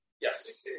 Yes